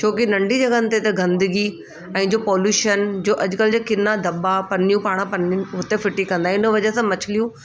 छो की नन्ढी जॻहियुनि ते त गंदिगी ऐं जो पोलूशन जो अॼु कल्ह जे किना दॿा पनियूं पाण पनियूं हुते फिटी कंदा आहियूं हिन वजह सां मछिलियूं